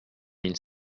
mille